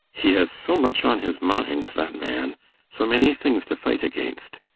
he has so much on his mind, that man so many things to fight against.